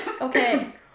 Okay